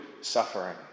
suffering